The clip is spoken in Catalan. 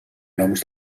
noms